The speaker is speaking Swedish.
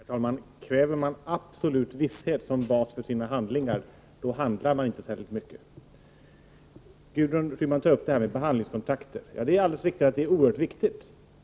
Herr talman! Kräver man absolut visshet som bas för sina handlingar, då blir det inte särskilt mycket gjort! Gudrun Schyman talade om behandlingskontakter. Det är alldeles riktigt att det är oerhört viktigt.